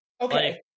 okay